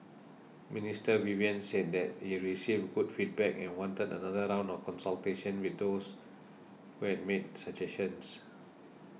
Minister Vivian said that he received good feedback and wanted another round of consultations with those who had made suggestions